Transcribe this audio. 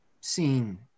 seen